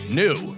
new